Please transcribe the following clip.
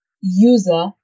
user